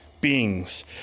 beings